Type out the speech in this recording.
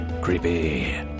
Creepy